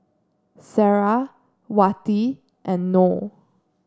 Sarah Wati and Noh